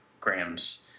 grams